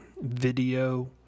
video